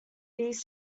these